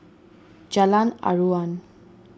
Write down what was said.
Jalan Aruan